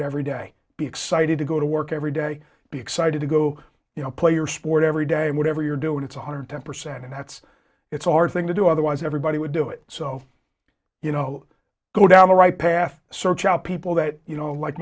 it every day be excited to go to work every day be excited to go you know play your sport every day and whatever you're doing it's one hundred ten percent and that's it's a hard thing to do otherwise everybody would do it so you know go down the right path search out people that you know like